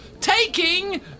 Taking